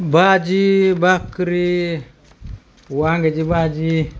भाजी भाकरी वांग्याची भाजी